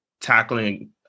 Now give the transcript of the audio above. tackling